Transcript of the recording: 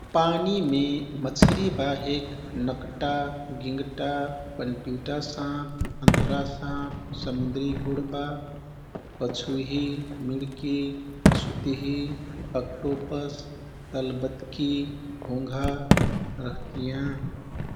पानीमे मछरी बाहेक नकटा, गिँगटा, पनपिँउटा साँप, अन्धरा साँप, समुन्द्रि घुडबा, कछुही, मिड्की, सुतही, अकटोपस, तलबतकी, घोँघा रहतियाँ।